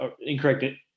incorrect